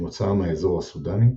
שמוצאם מהאזור הסודאני,